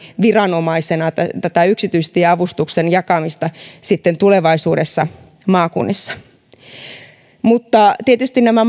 viranomaisina käyttämään tätä yksityistieavustuksen jakamista tulevaisuudessa maakunnissa mutta tietysti nämä